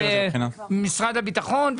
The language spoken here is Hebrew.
משרד הביטחון,